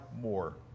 more